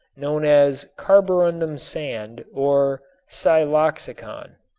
known as carborundum sand or siloxicon.